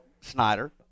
Snyder